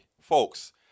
Folks